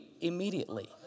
immediately